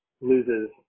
Loses